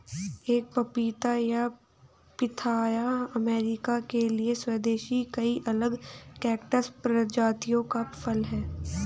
एक पपीता या पिथाया अमेरिका के लिए स्वदेशी कई अलग कैक्टस प्रजातियों का फल है